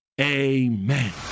Amen